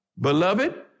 Beloved